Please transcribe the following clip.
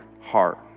heart